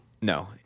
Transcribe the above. no